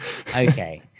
okay